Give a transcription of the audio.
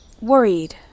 worried